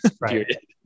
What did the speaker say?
Right